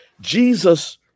Jesus